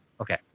Okay